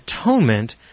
atonement